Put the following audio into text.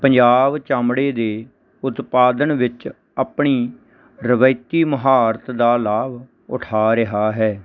ਪੰਜਾਬ ਚਮੜੇ ਦੇ ਉਤਪਾਦਨ ਵਿੱਚ ਆਪਣੀ ਰਵਾਇਤੀ ਮੁਹਾਰਤ ਦਾ ਲਾਭ ਉਠਾ ਰਿਹਾ ਹੈ